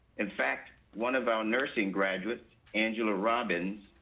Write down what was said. in fact, one of our nursing graduates, angela robbins,